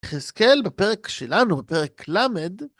יחזקאל בפרק שלנו, בפרק ל'.